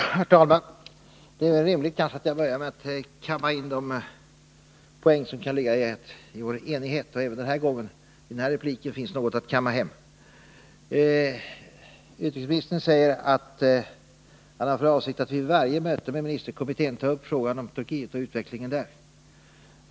Herr talman! Det är kanske rimligt att jag börjar med att kamma in de poäng som ligger i vår enighet — även i den här repliken fanns det något att kamma hem. Utrikesministern säger att han har för avsikt att vid varje möte med ministerkommittén ta upp frågan om Turkiet och utvecklingen där.